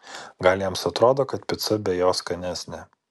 gal jiems atrodo kad pica be jo skanesnė